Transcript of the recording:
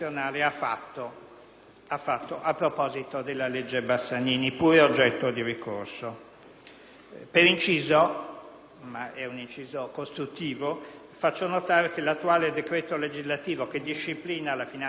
a proposito della legge Bassanini, pure oggetto di ricorso. Per inciso (ma è un inciso costruttivo), faccio notare che il decreto legislativo che attualmente disciplina la finanza regionale